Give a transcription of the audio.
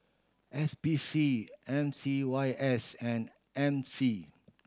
S P C M C Y S and M C